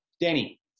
Danny